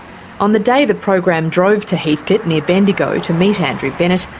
on the day the program drove to heathcote, near bendigo, to meet andrew bennett,